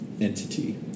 entity